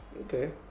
Okay